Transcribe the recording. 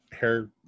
hair